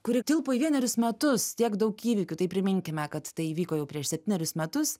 kuri tilpo į vienerius metus tiek daug įvykių tai priminkime kad tai vyko jau prieš septynerius metus